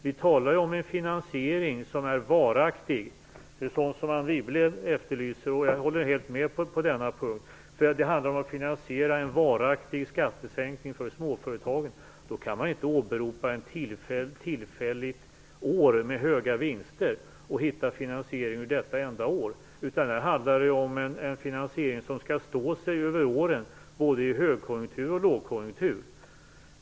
Vi talar ju om en finansiering som är varaktig, som Anne Wibble efterlyser - och jag håller helt med på denna punkt. De handlar om att finansiera en varaktig skattesänkning för småföretagen. Då kan man inte åberopa ett år med tillfälligt höga vinster och hitta finansiering detta enda år, utan det handlar om en finansiering som skall stå sig över åren, både i högkonjunktur och i lågkonjunktur.